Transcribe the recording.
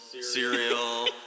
cereal